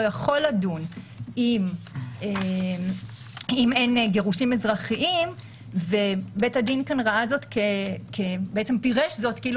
יכול לדון אם אין גירושין אזרחיים ובית הדין כאן פירש זאת כאילו